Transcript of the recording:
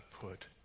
put